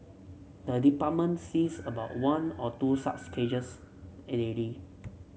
the department sees about one or two such cases daily